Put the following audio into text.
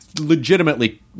legitimately